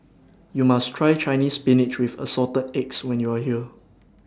YOU must Try Chinese Spinach with Assorted Eggs when YOU Are here